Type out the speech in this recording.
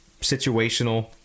situational